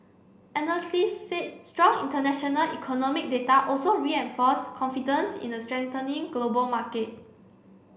analysts said strong international economic data also reinforced confidence in a strengthening global market